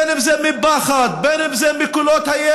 בין אם זה מפחד, בין אם זה מקולות הירי.